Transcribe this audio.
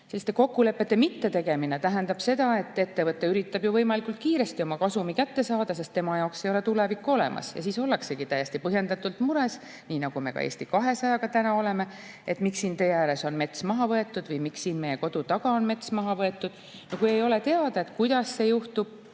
Selliste kokkulepete mittetegemine tähendab seda, et ettevõte üritab võimalikult kiiresti oma kasumi kätte saada, sest tema jaoks ei ole tulevikku olemas, ja siis ollaksegi täiesti põhjendatult mures – nii nagu me ka Eesti 200-ga täna oleme –, et miks siin tee ääres on mets maha võetud või miks siin meie kodu taga on mets maha võetud. Kui ei ole teada, kuidas see juhtub